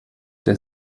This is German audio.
der